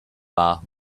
bar